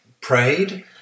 prayed